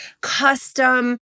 custom